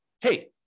hey